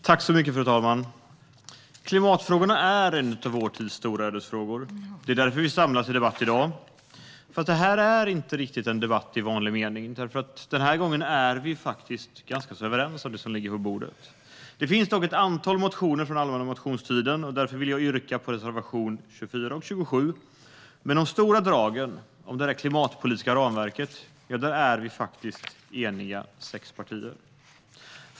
Fru talman! Klimatförändringarna är en av vår tids stora ödesfrågor. Det är därför vi samlas till debatt i dag. Men det här är inte riktigt en debatt i vanlig mening, för den här gången är vi ganska överens om det förslag som ligger på bordet. Det finns dock ett antal motioner från allmänna motionstiden. Därför vill jag yrka bifall till reservation 24 och 27. Men det klimatpolitiska ramverket är vi i stora drag eniga om i sex partier.